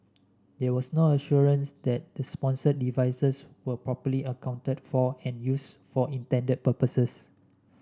there was no assurance that the sponsored devices were properly accounted for and use for intended purposes